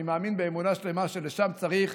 אני מאמין באמונה שלמה שלשם צריך